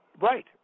right